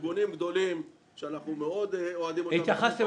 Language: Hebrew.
ארגונים גדולים שאנחנו מאוד אוהדים אותם --- התייחסתם